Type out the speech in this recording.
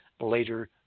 later